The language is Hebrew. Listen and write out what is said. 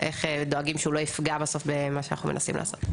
איך דואגים שהוא לא יפגע בסוף במה שאנחנו מנסים לעשות.